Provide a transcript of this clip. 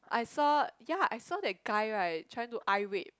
I saw ya I saw that guys right trying to eye rape